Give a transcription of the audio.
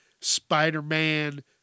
Spider-Man